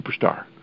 superstar